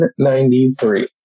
1993